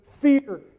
fear